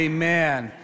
Amen